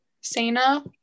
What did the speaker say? Sana